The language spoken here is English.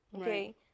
Okay